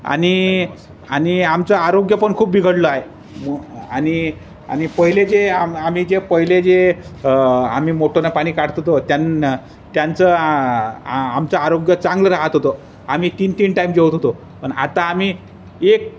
आणि आणि आमचं आरोग्य पण खूप बिघडलं आहे आणि आणि पहिले जे आ आम्ही जे पहिले जे आम्ही मोटंनं पाणी काढतो होतो त्यां त्यांचं आ आमचं आरोग्य चांगलं राहत होतो आम्ही तीन तीन टाईम जेवत होतो पण आता आम्ही एक